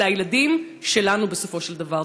אלה הילדים שלנו, בסופו של דבר.